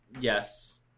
yes